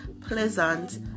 pleasant